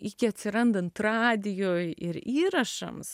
iki atsirandant radijui ir įrašams